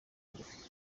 bugufi